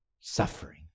suffering